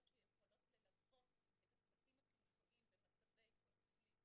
שיכולות ללוות את הצוותים החינוכיים במצבי קונפליקט,